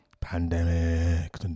Pandemic